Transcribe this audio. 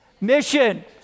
Mission